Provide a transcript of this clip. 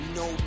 no